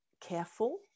careful